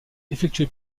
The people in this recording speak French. effectué